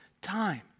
time